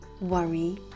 worry